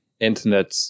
internet